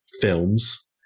films